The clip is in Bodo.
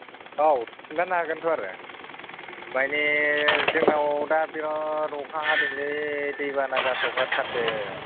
औ खिन्थानो हागोनथ' आरो माने जोंनाव दा बिराद अखा हादोंलै दै बाना जासावगारथारदों